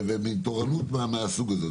תורנות מהסוג הזה.